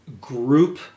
group